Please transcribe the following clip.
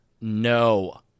No